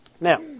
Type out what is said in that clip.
Now